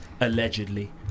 allegedly